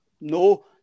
no